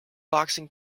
boxing